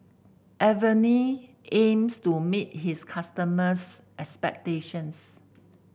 Avene aims to meet its customers' expectations